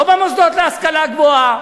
לא במוסדות להשכלה גבוהה.